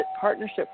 partnership